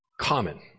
common